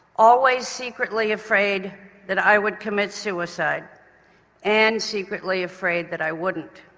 always secretly afraid that i would commit suicide and secretly afraid that i wouldn't.